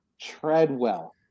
Treadwell